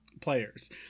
players